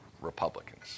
Republicans